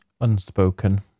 unspoken